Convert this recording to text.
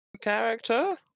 character